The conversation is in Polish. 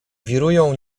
wirują